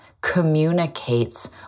communicates